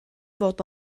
fod